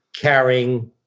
carrying